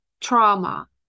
trauma